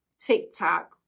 TikTok